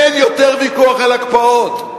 אין יותר ויכוח על הקפאות.